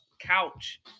couch